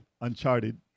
Uncharted